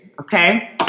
okay